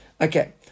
Okay